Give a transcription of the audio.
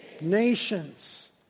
nations